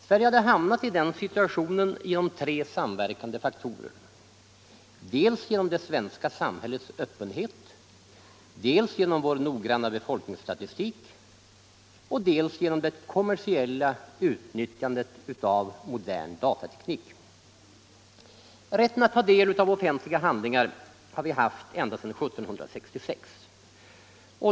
Sverige hade hamnat i den situationen genom tre samverkande faktorer, dels genom det svenska samhällets öppenhet, dels genom vår noggranna befolkningsstatistik, dels ock genom det kommersiella utnyttjandet av modern datateknik. Rätten att ta del av offentliga handlingar har funnits här i Sverige ända sedan 1766.